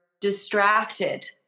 distracted